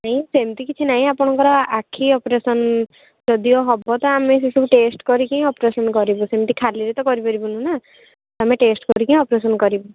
ନାଇଁ ସେମତି କିଛି ନାଇଁ ଆପଣଙ୍କର ଆଖି ଅପରେସନ୍ ଯଦିଓ ହବ ତ ଆମେ ସେ ସବୁ ଟେଷ୍ଟ୍ କରିକି ହିଁ ଅପରେସନ୍ କରିବୁ ସେମିତି ଖାଲିରେ ତ କରିପାରିବୁନୁ ନା ଆମେ ଟେଷ୍ଟ୍ କରିକି ଅପରେସନ୍ କରିବୁ